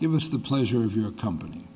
give us the pleasure of your company